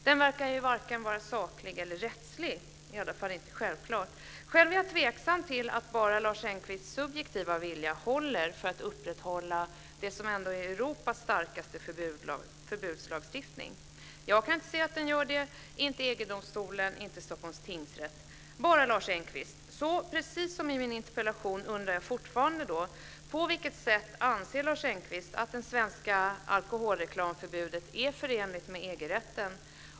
Den verkar ju varken vara saklig eller rättslig, i alla fall inte självklart. Själv är jag tveksam till att bara Lars Engqvists subjektiva vilja håller för att upprätthålla det som ändå är Europas starkaste förbudslagstiftning. Jag kan inte se att den gör det, inte EG-domstolen, inte Jag undrar därför fortfarande precis som i min interpellation på vilket sätt Lars Engqvist anser att det svenska alkoholreklamförbudet är förenligt med EG rätten.